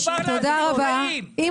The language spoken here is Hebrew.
מדובר על חיים --- נכון, החלטה קשה מאוד.